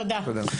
תודה.